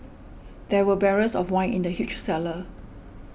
there were barrels of wine in the huge cellar